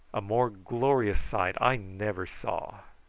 a more glorious sight i never saw.